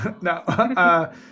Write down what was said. No